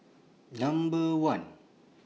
Number one